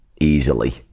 easily